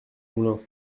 moulin